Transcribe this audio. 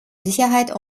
sicherheit